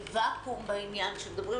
בוואקום בעניין הזה.